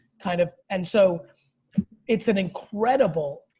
kind of, and so it's an incredible,